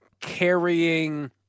carrying